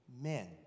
men